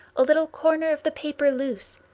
a little corner of the paper loose,